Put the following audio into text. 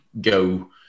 go